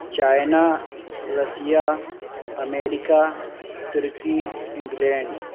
China Russia America ترکی England